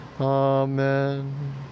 Amen